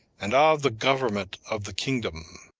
and of the government of the kingdom.